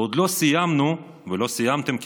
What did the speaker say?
ועוד לא סיימנו, ולא סיימתם כממשלה,